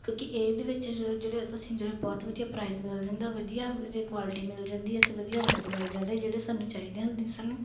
ਕਿਉਂਕਿ ਇਹਦੇ ਵਿੱਚ ਜਿਹੜੇ ਤਾਂ ਅਸੀਂ ਜਿਹੜੇ ਬਹੁਤ ਵਧੀਆ ਪ੍ਰਾਈਸ ਮਿਲ ਜਾਂਦਾ ਵਧੀਆ ਜੇ ਕੁਆਲਿਟੀ ਮਿਲ ਜਾਂਦੀ ਹੈ ਅਤੇ ਵਧੀਆ ਰੰਗ ਮਿਲ ਜਾਂਦਾ ਜਿਹੜੇ ਸਾਨੂੰ ਚਾਹੀਦੇ ਹੁੰਦੇ ਸਨ